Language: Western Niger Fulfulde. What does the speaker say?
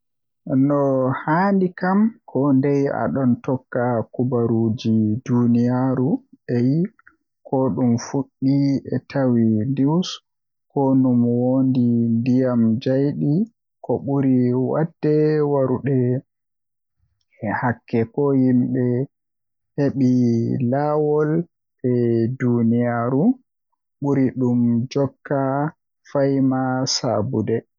No handi kam kondei aɗon tokka kubaruuji duniyaaru Eyi, ko ɗum fuɗɗi e tawti news, kono ɗum wondi ndiyam jeyɗi. Ɓuri ko waɗde warude e hakke ko yimɓe heɓi laawol e nder duniya. Kono, ɓuri ɗum jokka fiyaama.